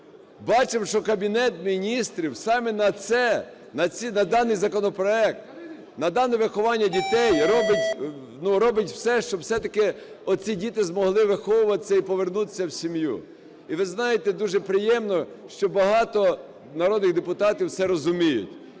бачимо, що Кабінет Міністрів саме на це, на даний законопроект, на дане виховання дітей робить все, щоб все-таки ці діти змогли виховуватися і повернутися в сім'ю. І, ви знаєте, дуже приємно, що багато народних депутатів це розуміють.